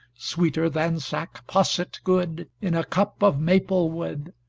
sweeter than sack posset good in a cup of maple wood!